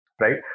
right